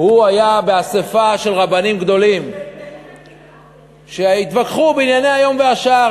הוא היה באספה של רבנים גדולים שהתווכחו בענייני היום והשעה.